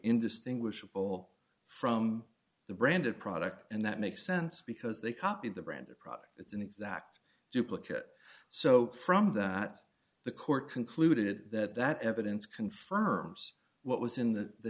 indistinguishable from the branded product and that makes sense because they copied the branded product it's an exact duplicate so from that the court concluded that that evidence confirms what was in the t